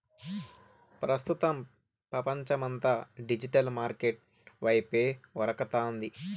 ప్రస్తుతం పపంచమంతా digital market వైపే ఉరకతాంది